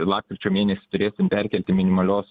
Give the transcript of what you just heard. lapkričio mėnesį turėsim perkelti minimalios